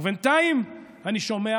ובינתיים אני שומע